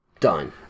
done